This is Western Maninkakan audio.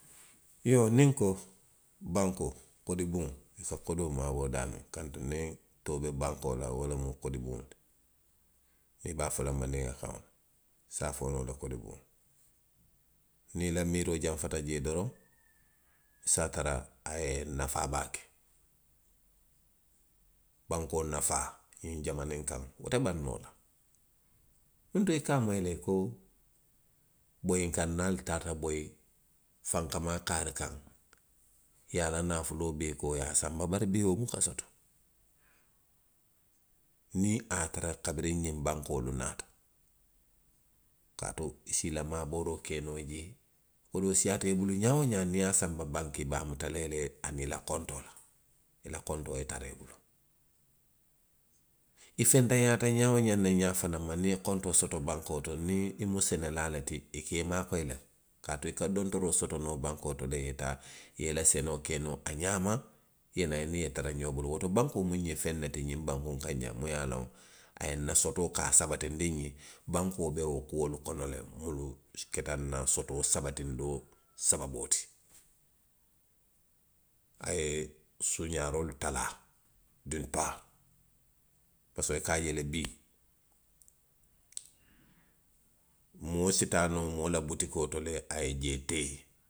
Iyoo, niŋ nko. bankoo, kodi buŋo, i ka kodoo maaboo daamiŋ. kantuŋ niŋ too be bankoo la wo lemu kodi buŋo ti, niŋ i be a fo la mandinka kaŋo la i se a fo noo le kodi buŋo. Niŋ i la miiroo janfa jee doroŋ. i se a tara a ye i nafaa baake. bankoo nafaa ňiŋ jamaaniŋ nkaŋ, wo to baŋ noo la. Nuŋ to i ka a moyi le i ko bayinkaŋ naalu taata boyi, i ye a la naafuloo bee koo i ye a sanba. Bari bii, wo buka soto. Niŋ a ye a tara kabiriŋ ňiŋ bankoolu naata. kaatu i si i la maabooroo ke noo jee. Kodoo siiyaata i bulu ňaa woo ňaa. niŋ i ye a sanba banki, i be a muta la i ye le a niŋ i la kontoo la. I la kontoo ye tara i bulu. I fenntanyaata ňaa woo ňaandiŋ ňaa fanaŋ ma, niŋ i ye kontoo soto bankoo to. niŋ i mu senelaale ti. i ka i maakoyi le, kaatu i ka dontoroo sotonoo bankoo to le i ye taa, i ye i la senoo ke noo a ňaama. i ye naa, i niŋ i yetara ňoo bulu. Woto bankoo mu nňe feŋ ne ti ňiŋ bankoo kaŋ jaŋ muŋ ye a loŋ. a ye nna sotoo, ka a sabatindi nňe, bankoo be wo kuolu kono le mulu keta nna sotoo sabatindoo sababoo ti. A ye suuňaaroolu talaa. diini paari; parisiko i ka a je le bii. moo si taa noo moo la butikoo to le, a ye jee tee.